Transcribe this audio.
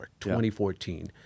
2014